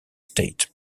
state